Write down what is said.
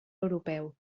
europeu